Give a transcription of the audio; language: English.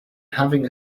having